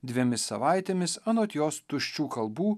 dviemis savaitėmis anot jos tuščių kalbų